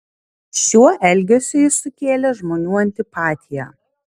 šiuo elgesiu jis sukėlė žmonių antipatiją